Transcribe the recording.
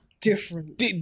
different